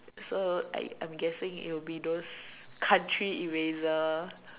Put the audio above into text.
so I I'm guessing it will be those country eraser